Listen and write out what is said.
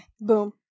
Boom